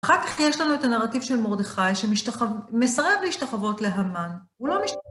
אחר כך יש לנו את הנרטיב של מרדכי, שמסרב להשתחוות להמן.